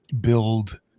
build